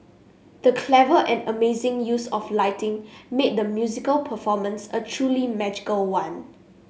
the clever and amazing use of lighting made the musical performance a truly magical one